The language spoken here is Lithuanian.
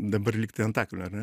dabar lyg tai antakalnio ar ne